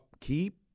Keep